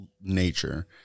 nature